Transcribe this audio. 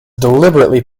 deliberately